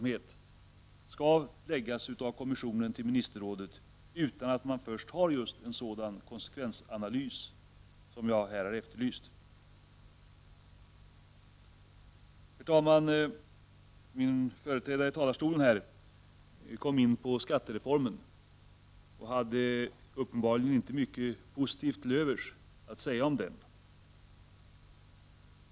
1989/90:45 till småföretag, utan att man först har en sådan konsekvensanalys som jag 13 december 1989 här har efterlyst. Herr talman! Min företrädare i talarstolen kom in på skattereformen. Han hade uppenbarligen inte mycket positivt till övers att säga om den.